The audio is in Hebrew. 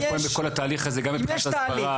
איפה הם בכל התהליך הזה גם מבחינת הסברה.